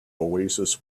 oasis